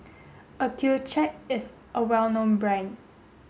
Accucheck is a well known brand